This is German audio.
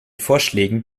vorschlägen